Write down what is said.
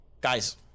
Guys